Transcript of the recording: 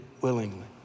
willingly